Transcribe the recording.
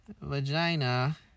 Vagina